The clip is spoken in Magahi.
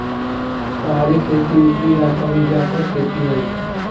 पहाड़ी खेती उपरी इलाका में व्यापक खेती हइ